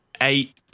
eight